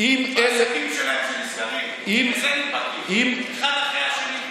מהעסקים שלהם שנסגרים, מזה נדבקים אחד אחרי השני.